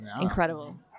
incredible